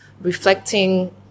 reflecting